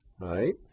right